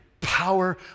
power